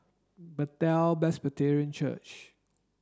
Bethel Presbyterian Church